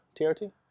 TRT